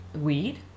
weed